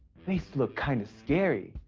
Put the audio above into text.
these look kind of scary.